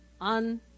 on